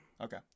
Okay